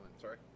sorry